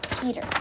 Peter